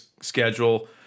schedule